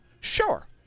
Sure